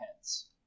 heads